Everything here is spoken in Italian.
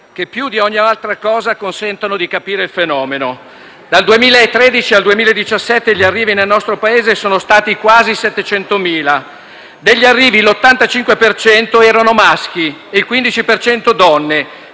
che più di ogni altra cosa consentono di capire il fenomeno: dal 2013 al 2017 gli arrivi nel nostro Paese sono stati quasi 700.000. Degli arrivi l'85 per cento erano